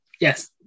yes